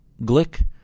Glick